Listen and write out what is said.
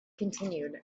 continued